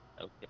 Okay